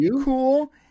cool